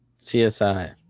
csi